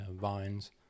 vines